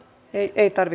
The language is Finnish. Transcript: ei peter